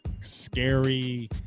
scary